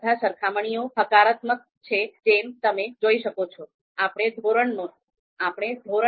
બધા સરખામણીઓ હકારાત્મક છે જેમ તમે જોઈ શકો છો